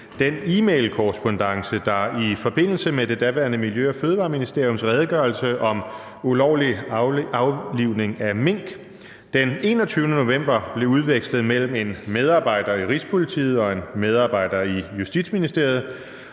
den e-mail-korrespondance, der – i forbindelse med det daværende Miljø- og Fødevareministeriums redegørelse om ulovlig aflivning af mink – den 21. november blev udvekslet mellem en medarbejder i Rigspolitiet og en medarbejder i Justitsministeriet,